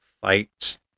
fights